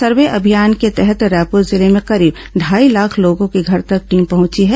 सर्वे अभियान के तहत रायपुर जिले में करीब ढाई लाख लोगों के घरों तक टीम पहुंची है